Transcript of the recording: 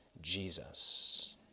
Jesus